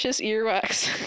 earwax